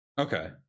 Okay